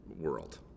world